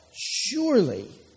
Surely